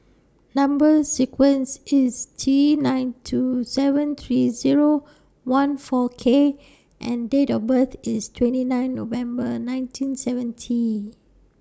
Number sequence IS T nine two seven three Zero one four K and Date of birth IS twenty nine November nineteen seventy